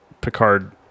Picard